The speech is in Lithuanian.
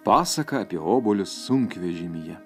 pasaka apie obuolius sunkvežimyje